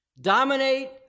dominate